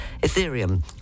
Ethereum